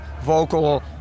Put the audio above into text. vocal